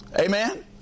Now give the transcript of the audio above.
Amen